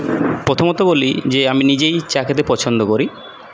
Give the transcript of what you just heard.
প্রথমত বলি যে আমি নিজেই চা খেতে পছন্দ করি